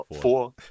Four